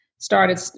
started